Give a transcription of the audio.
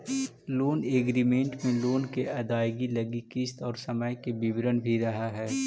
loan agreement में loan के अदायगी लगी किस्त और समय के विवरण भी रहऽ हई